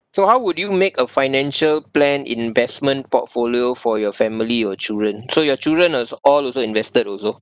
so how would you make a financial plan investment portfolio for your family or children so your children is all also invested also